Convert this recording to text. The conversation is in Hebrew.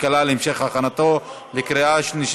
הכלכלה נתקבלה.